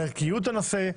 על ערכיות הנושא.